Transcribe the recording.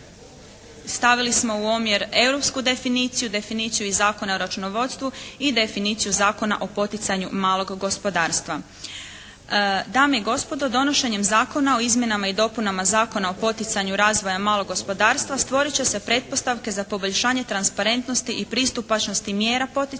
stavili smo u omjer europsku definiciju, definiciju iz Zakona o računovodstvu i definiciju Zakona o poticanju malog gospodarstva. Dame i gospodo, donošenjem Zakona o izmjenama i dopunama Zakona o poticanju razvoja malog gospodarstva stvorit će se pretpostavke za poboljšanje transparentnosti i pristupačnosti mjera poticaja